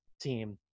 team